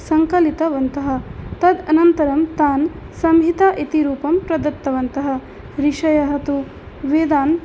सङ्कलितवन्तः तद् अनन्तरं तान् संहिता इति रूपं प्रदत्तवन्तः ऋषयः तु वेदान्